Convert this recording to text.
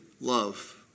love